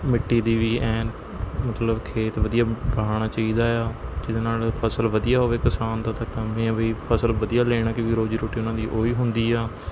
ਮਿੱਟੀ ਦੀ ਵੀ ਐਨ ਮਤਲਬ ਖੇਤ ਵਧੀਆ ਵਹਾਉਣਾ ਚਾਹੀਦਾ ਆ ਜਿਹਦੇ ਨਾਲ਼ ਫਸਲ ਵਧੀਆ ਹੋਵੇ ਕਿਸਾਨ ਦਾ ਤਾਂ ਕੰਮ ਏ ਆ ਵੀ ਫਸਲ ਵਧੀਆ ਲੈਣ ਕਿਉਂਕਿ ਰੋਜ਼ੀ ਰੋਟੀ ਉਨ੍ਹਾਂ ਦੀ ਉਹੀ ਹੁੰਦੀ ਆ